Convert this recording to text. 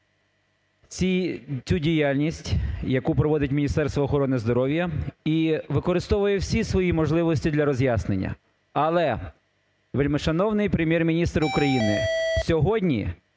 цю діяльність, яку проводить Міністерство охорони здоров'я, і використовує всі свої можливості для роз'яснення. Але, вельмишановний Прем'єр-міністр України, сьогодні